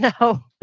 No